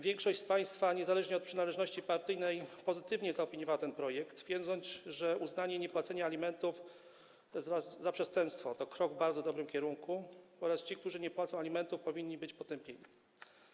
Większość z państwa, niezależnie od przynależności partyjnej, pozytywnie zaopiniowała ten projekt, twierdząc, że uznanie niepłacenia alimentów za przestępstwo to krok w bardzo dobrym kierunku oraz że ci, którzy nie płacą alimentów, powinni być potępieni.